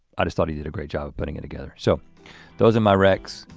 i just thought he did a great job of putting it together. so those are my wrecks.